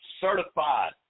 certified